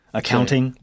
accounting